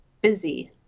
busy